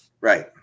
right